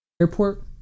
Airport